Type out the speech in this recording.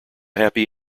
happy